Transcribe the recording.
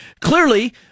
clearly